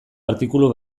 artikulu